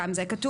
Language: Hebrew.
גם זה כתוב,